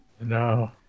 No